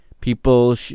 People